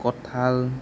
কঁঠাল